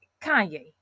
Kanye